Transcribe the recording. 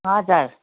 हजुर